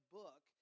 book